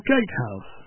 Gatehouse